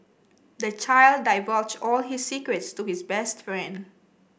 the child divulged all his secrets to his best friend